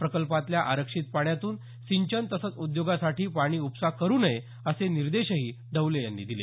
प्रकल्पातल्या आरक्षित पाण्यातून सिंचन तसंच उद्योगासाठी पाणी उपसा करु नये असे निर्देशही डवले यांनी दिले